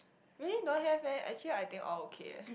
really don't have leh actually I think all okay